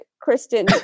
Kristen